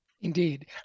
Indeed